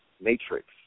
matrix